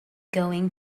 going